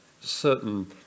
certain